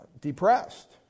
depressed